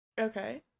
Okay